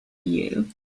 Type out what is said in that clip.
you